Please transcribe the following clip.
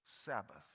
Sabbath